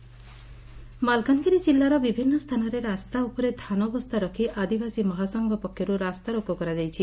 ଚାଷୀଙ ରାସ୍ତା ଅବରୋଧ ମାଲକାନଗିରି ଜିଲ୍ଲାର ବିଭିନ୍ନ ସ୍ଥାନରେ ରାସ୍ତା ଉପରେ ଧାନବସ୍ତା ରଖ୍ ଆଦିବାସୀ ମହାସଂଘ ପକ୍ଷରୁ ରାସ୍ତାରୋକ କରାଯାଇଛି